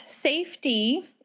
Safety